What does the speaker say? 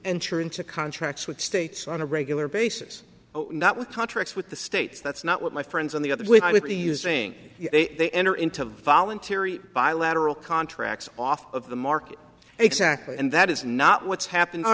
enter into contracts with states on a regular basis not with contracts with the states that's not what my friends on the other which i would be using they enter into voluntary bilateral contracts off of the market exactly and that is not what's